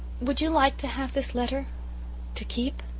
would you like to have this letter to keep?